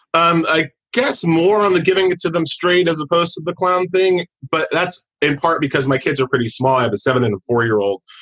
um i guess more on giving it to them straight as opposed to the clown thing. but that's in part because my kids are pretty small. i have a seven and four year old.